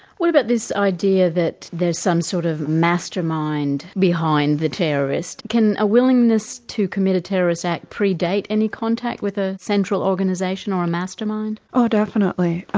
what about this idea that there's some sort of mastermind behind the terrorist. can a willingness to commit a terrorist act predate any contact with a central organisation or a mastermind? oh definitely.